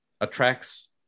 attracts